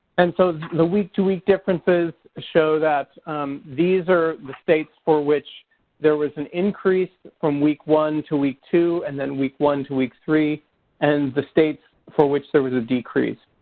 and so the week to week differences show that these are the states for which there was an increase from week one to week two and then week one to week three and the states for which there was a decrease.